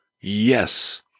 Yes